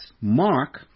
Mark